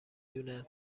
دونه